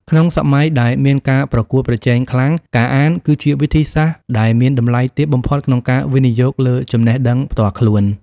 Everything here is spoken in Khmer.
ក្នុងសម័យដែលមានការប្រកួតប្រជែងខ្លាំង ការអានគឺជាវិធីសាស្ត្រដែលមានតម្លៃទាបបំផុតក្នុងការវិនិយោគលើចំណេះដឹងផ្ទាល់ខ្លួន។